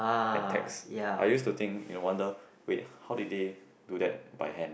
and text I used to think and wonder with how did they do that by hand